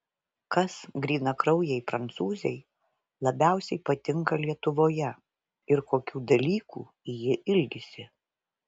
kas grynakraujei prancūzei labiausiai patinka lietuvoje ir kokių dalykų ji ilgisi